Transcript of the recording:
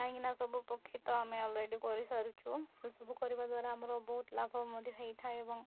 କାହିଁକିନା ସବୁ ପକ୍ଷୀ ତ ଆମେ ଅଲରେଡ଼ି କରିସାରିଛୁ ସେସବୁ କରିବା ଦ୍ୱାରା ଆମର ବହୁତ ଲାଭ ମଧ୍ୟ ହେଇଥାଏ ଏବଂ